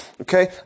Okay